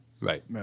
Right